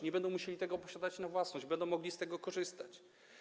Nie będą musieli tego posiadać na własność, będą mogli z tego korzystać.